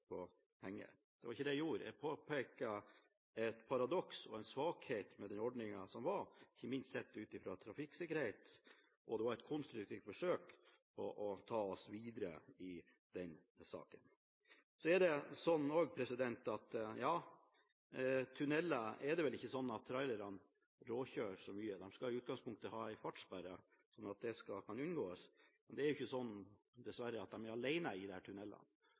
var ikke det jeg gjorde. Jeg påpekte et paradoks og en svakhet ved den ordningen som var, ikke minst med tanke på trafikksikkerhet, og det var et konstruktivt forsøk på å ta oss videre i den saka. Det er vel ikke sånn at trailere råkjører så mye i tuneller. De skal i utgangspunktet ha en fartssperre sånn at det kan unngås. Men det er jo ikke sånn – dessverre – at de er alene i disse tunellene. Muligheten for kontroll i tunellene